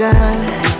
God